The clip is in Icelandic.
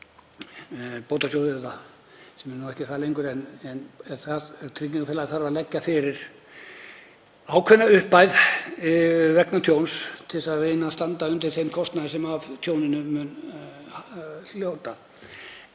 bótasjóð, sem er nú ekki það lengur, en tryggingafélagið þarf að leggja fyrir ákveðna upphæð vegna tjóns til að reyna að standa undir þeim kostnaði sem af tjóninu mun hljótast.